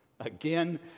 again